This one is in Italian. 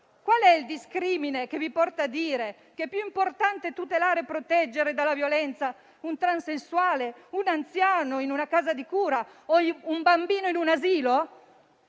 Qual è il discrimine che vi porta a dire che è più importante tutelare e proteggere dalla violenza un transessuale, un anziano in una casa di cura o un bambino in un asilo?